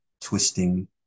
twisting